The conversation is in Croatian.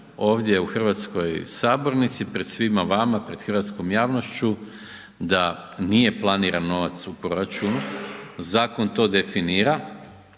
ovdje u hrvatskoj sabornici, pred svima vama, pred hrvatskom javnošću da nije planiran novac u proračunu, zakon to definira,